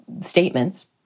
statements